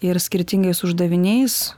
ir skirtingais uždaviniais